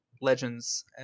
Legends